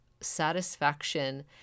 satisfaction